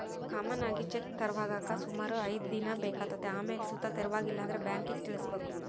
common ಆಗಿ check ತೆರವಾಗಾಕ ಸುಮಾರು ಐದ್ ದಿನ ಬೇಕಾತತೆ ಆಮೇಲ್ ಸುತ ತೆರವಾಗಿಲ್ಲಂದ್ರ ಬ್ಯಾಂಕಿಗ್ ತಿಳಿಸ್ಬಕು